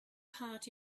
part